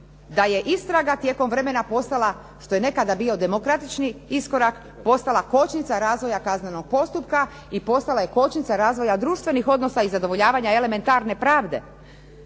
da je istraga tijekom vremena postala što je nekada bio demokratični iskorak, postala kočnica razvoja kaznenog postupka i postala je kočnica razvoja društvenih odnosa i zadovoljavanja elementarne pravde.